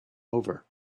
over